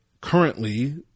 currently